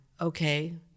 okay